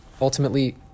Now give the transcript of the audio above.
ultimately